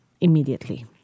immediately